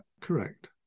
correct